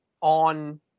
on